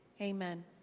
amen